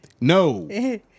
No